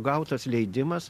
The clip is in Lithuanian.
gautas leidimas